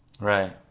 Right